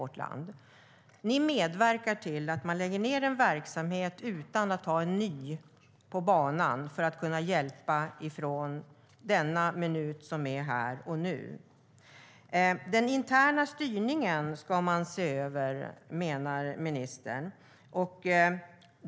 Regeringen medverkar till att lägga ned en verksamhet utan att ha en ny på banan för att kunna hjälpa från denna minut som är här och nu. Ministern menar att man ska se över den interna styrningen.